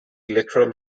electoral